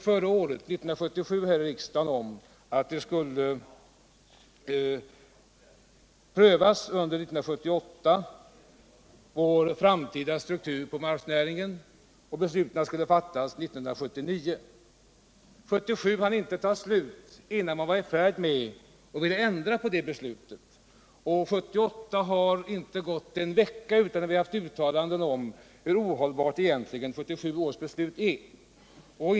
Vi fattade 1977 ett beslut här i riksdagen om att under 1978 pröva den framtida strukturen på varvsnäringen och att besluten skulle fattas 1979. År 1977 hann inte ta slut innan man ville ändra på det beslutet. Under 1978 har det inte gått en vecka utan att vi har haft uttalanden om hur ohållbart 1977 års beslut egentligen är.